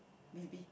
maybe